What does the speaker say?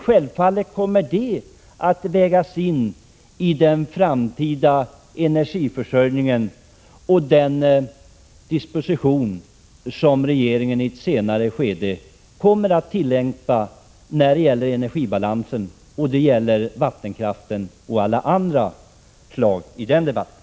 Självfallet kommer det att vägas in i diskussionerna om den framtida energiförsörjningen och i fråga om den disposition som regeringen i ett senare skede kommer att tillämpa när det gäller energibalansen — det handlar då om vattenkraften och alla andra energislag som förekommit i debatten.